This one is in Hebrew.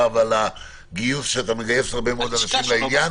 ועל כך שאתה מגייס הרבה מאוד אנשים לעניין.